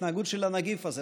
זו ההתנהגות של הנגיף זה,